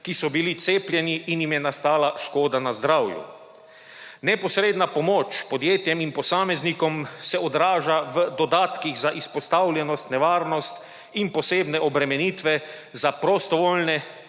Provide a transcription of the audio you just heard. ki so bili cepljeni in jim je nastala škoda na zdravju. Neposredna pomoč podjetjem in posameznikom se odraža v dodatkih za izpostavljenost, nevarnost in posebne obremenitve za prostovoljne